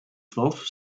twelfth